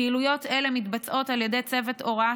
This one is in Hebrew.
פעילויות אלה מתבצעות על ידי צוות ההוראה